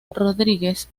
rodríguez